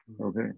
Okay